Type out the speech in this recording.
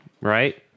right